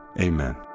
amen